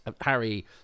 Harry